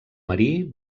marí